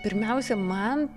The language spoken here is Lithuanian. pirmiausia man